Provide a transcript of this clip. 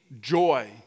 joy